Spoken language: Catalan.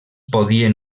podien